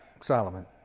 Solomon